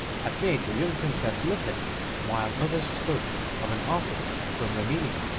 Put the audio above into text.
had made the young princess love him while others spoke of an artist from rimini,